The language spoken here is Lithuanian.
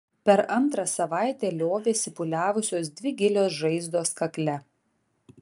per antrą savaitę liovėsi pūliavusios dvi gilios žaizdos kakle